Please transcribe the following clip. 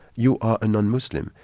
you are a non-muslim.